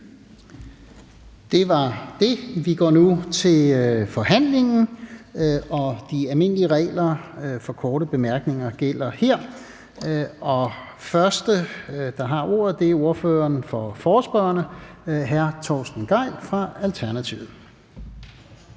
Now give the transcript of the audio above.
Det var det. Vi går nu til forhandlingen, og de almindelige regler for korte bemærkninger gælder her. Den første, der har ordet, er ordføreren for forespørgerne, hr. Torsten Gejl fra Alternativet.